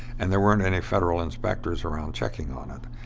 and there weren't any federal inspectors around checking on it.